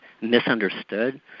misunderstood